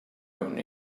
own